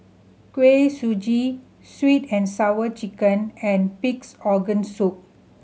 Kuih Suji Sweet And Sour Chicken and Pig's Organ Soup